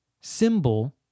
symbol